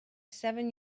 seven